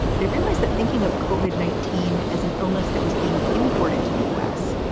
they realized that thinking of cauvin, nineteen, as an illness that was being imported to the u s.